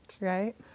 right